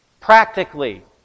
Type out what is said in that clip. Practically